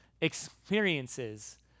experiences